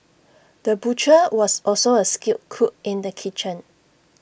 the butcher was also A skilled cook in the kitchen